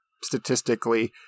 statistically